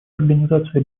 организации